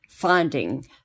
finding